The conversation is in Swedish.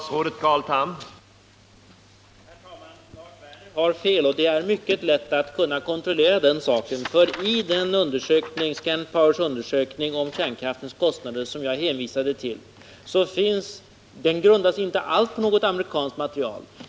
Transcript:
Herr talman! Lars Werner har fel, och det är mycket lätt att kontrollera den saken. Scanpowers undersökning, som jag hänvisade till, grundar sig inte alls på något amerikanskt material.